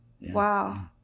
Wow